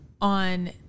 on